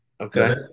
okay